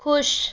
खुश